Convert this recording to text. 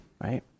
right